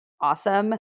awesome